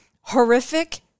horrific